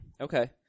Okay